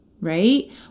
right